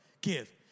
give